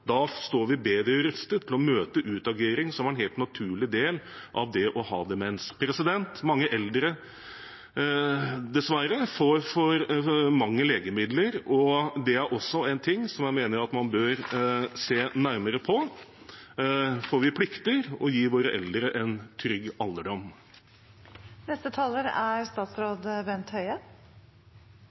da står vi bedre rustet til å møte utagering som en helt naturlig del av det å ha demens. Mange eldre får dessverre for mange legemidler, og det er også en ting jeg mener man bør se nærmere på, for vi plikter å gi våre eldre en trygg alderdom. De fleste eldre som får helse- og omsorgstjenester, opplever at de er